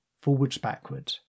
forwards-backwards